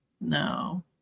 No